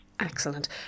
Excellent